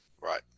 Right